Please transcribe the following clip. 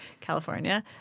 California